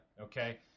okay